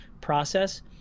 process